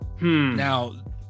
Now